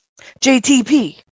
JTP